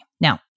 Now